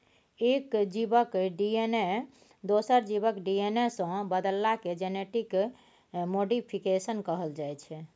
एक जीबक डी.एन.ए दोसर जीबक डी.एन.ए सँ बदलला केँ जेनेटिक मोडीफिकेशन कहल जाइ छै